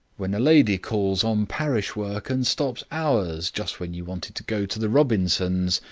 when a lady calls on parish work and stops hours, just when you wanted to go to the robinsons',